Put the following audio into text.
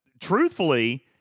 Truthfully